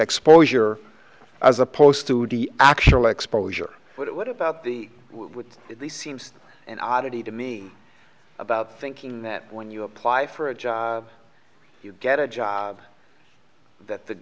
exposure as opposed to the actual exposure but what about the would it seems an oddity to me about thinking that when you apply for a job you get a job that the